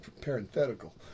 parenthetical